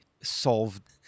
solved